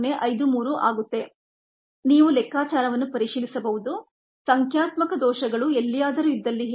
053 ಆಗುತ್ತದೆ ನೀವು ಲೆಕ್ಕಾಚಾರವನ್ನು ಪರಿಶೀಲಿಸಬಹುದು ಸಂಖ್ಯಾತ್ಮಕ ದೋಷಗಳು ಎಲ್ಲಿಯಾದರೂ ಇದ್ದಲ್ಲಿ ಹೇಳಿ